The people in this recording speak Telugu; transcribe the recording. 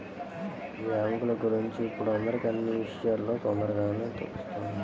బ్యేంకుల గురించి ఇప్పుడు అందరికీ అన్నీ విషయాలూ తొందరగానే తెలుత్తున్నాయి